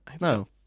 No